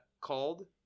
called